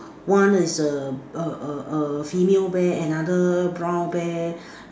one is err a a a female bear another brown bear